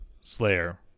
Slayer